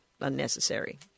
unnecessary